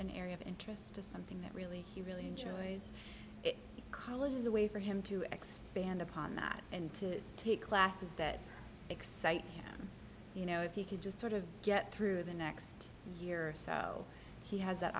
an area of interest to something that really he really enjoys college is a way for him to expand upon that and to take classes that excite him you know if he could just sort of get through the next year or so he has that